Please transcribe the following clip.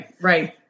right